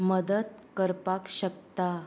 मदत करपाक शकता